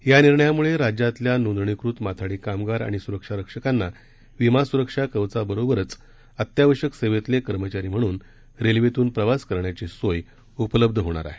या निर्णयाम्ळे राज्यातल्या नोंदणीकृत माथाडी कामगार आणि स्रक्षारक्षकांना विमा स्रक्षा कवचाबरोबरच अत्यावश्यक सेवेतले कर्मचारी म्हणून रेल्वेतून प्रवास करण्याची सोय उपलब्ध होणार आहे